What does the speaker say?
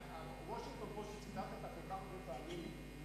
ה"וושינגטון פוסט" שציטטת כל הרבה פעמים,